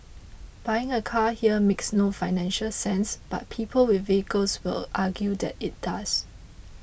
buying a car here makes no financial sense but people with vehicles will argue that it does